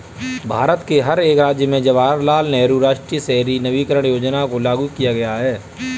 भारत के हर एक राज्य में जवाहरलाल नेहरू राष्ट्रीय शहरी नवीकरण योजना को लागू किया गया है